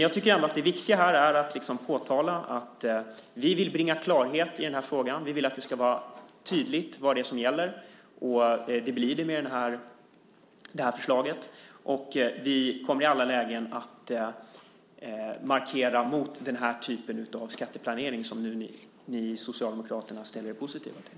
Jag tycker att det viktiga är att påtala att vi vill bringa klarhet i frågan. Vi vill att det ska vara tydligt vad det är som gäller, och det blir det med det här förslaget. Vi kommer i alla lägen att markera mot den här typen av skatteplanering, som nu ni i Socialdemokraterna ställer er positiva till.